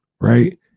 right